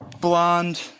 blonde